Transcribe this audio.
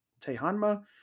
Tehanma